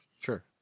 sure